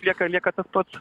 lieka lieka tas pats